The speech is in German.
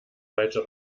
falsche